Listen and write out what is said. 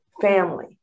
family